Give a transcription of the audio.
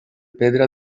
pedra